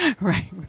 Right